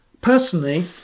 personally